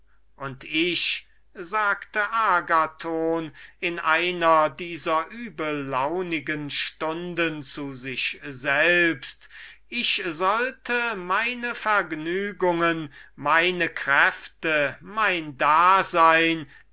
und ich sollte sagte agathon in einer von seinen schlimmsten launen zu sich selbst ich sollte meine ruhe meine vergnügungen meine kräfte mein dasein